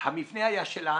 המבנה היה שלנו.